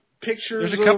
pictures